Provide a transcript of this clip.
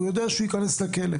הוא יודע שהוא ייכנס לכלא.